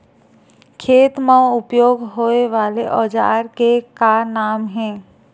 खेत मा उपयोग होए वाले औजार के का नाम हे?